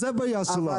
זאת הבעיה שלנו.